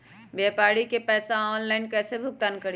व्यापारी के पैसा ऑनलाइन कईसे भुगतान करी?